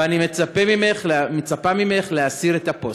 ואני מצפה ממך להסיר את הפוסט.